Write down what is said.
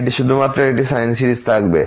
এটি শুধুমাত্র একটি সাইন সিরিজ থাকবে